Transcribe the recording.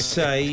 say